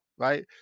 right